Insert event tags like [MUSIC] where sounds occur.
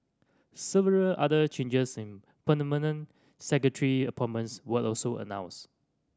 several other changes in [UNINTELLIGIBLE] secretary appointments were also announced